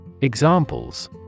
Examples